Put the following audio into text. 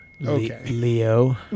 Leo